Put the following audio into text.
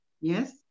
yes